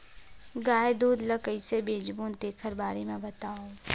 गाय दूध ल कइसे बेचबो तेखर बारे में बताओ?